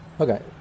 Okay